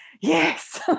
yes